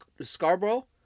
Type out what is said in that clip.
Scarborough